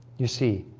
you see